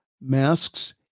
masks